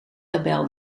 tabel